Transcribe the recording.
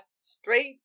straight